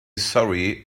sorry